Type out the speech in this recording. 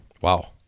wow